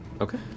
Okay